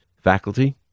faculty